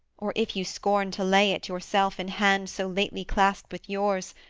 or if you scorn to lay it, yourself, in hands so lately claspt with yours,